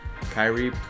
Kyrie